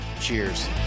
cheers